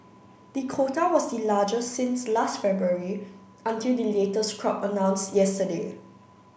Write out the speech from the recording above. the quota was the largest since last February until the latest crop announced yesterday